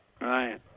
Right